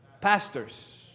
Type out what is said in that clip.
Pastors